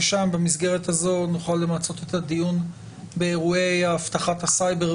ושם במסגרת הזו נוכל למצות את הדיון באירועי אבטחת הסייבר,